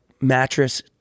mattress